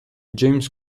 james